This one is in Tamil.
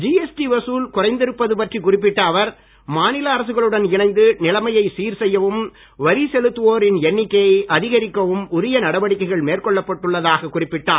ஜிஎஸ்டி வசூல் குறைந்திருப்பது பற்றி குறிப்பிட்ட அவர் மாநில அரசுகளுடன் இணைந்து நிலைமையை சீர் செய்யவும் வரி செலுத்துவோரின் எண்ணிக்கையை அதிகரிக்கவும் உரிய நடவடிக்கைகள் மேற்கொள்ளப்படுவதாக குறிப்பிட்டார்